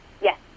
Yes